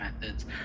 methods